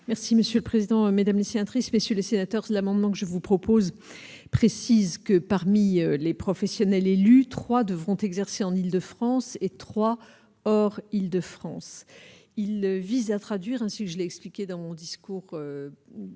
Merci monsieur le président, Mesdames siens triste, messieurs les sénateurs, l'amendement que je vous propose, précise que parmi les professionnels élus 3 devront exercer en Île-de-France et 3, hors Île-de-France, il vise à traduire ainsi : je l'ai expliqué dans mon discours tout